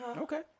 Okay